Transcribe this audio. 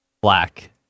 black